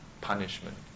punishment